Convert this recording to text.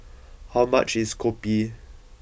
how much is Kopi